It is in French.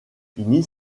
finit